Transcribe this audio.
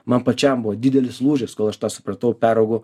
man pačiam buvo didelis lūžis kol aš tą supratau peraugau